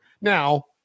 Now